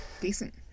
Decent